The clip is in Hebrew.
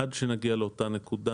עד שנגיע לאותה נקודה,